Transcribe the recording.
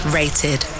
rated